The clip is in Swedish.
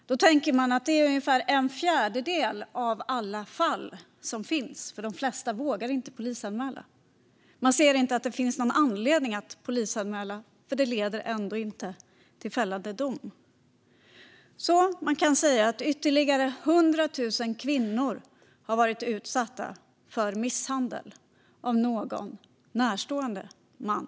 Man tänker att det är ungefär en fjärdedel av alla fall, för de flesta vågar inte polisanmäla. De ser inte att det finns någon anledning att polisanmäla, för det leder ändå inte till fällande dom. Man kan säga att ytterligare 100 000 kvinnor har varit utsatta för misshandel av någon närstående man.